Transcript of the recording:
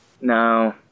No